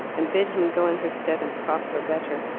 and bid him go in her stead and prosper better.